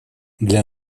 для